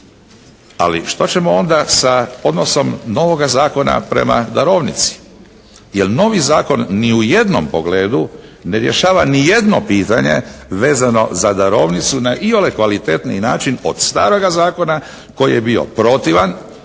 Ali što ćemo onda sa odnosom novoga zakona prema darovnici jer novi zakon ni u jednom pogledu ne rješava nijedno pitanje vezano za darovnicu na iole kvalitetni način od staroga zakona koji je bio protivan